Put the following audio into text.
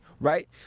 right